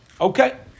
Okay